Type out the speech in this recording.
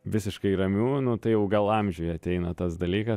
visiškai ramių nu tai jau gal amžiuj ateina tas dalykas